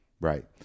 Right